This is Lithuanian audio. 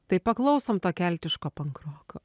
tai paklausom to keltiško pankroko